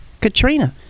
Katrina